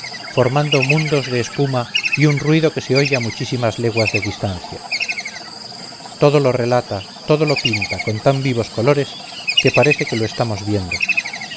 formando mundos de espuma y un ruido que se oye a muchísimas leguas de distancia todo lo relata todo lo pinta con tan vivos colores que parece que lo estamos viendo